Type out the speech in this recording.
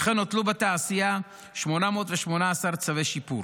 וכן הוטלו בתעשייה 818 צווי שיפור,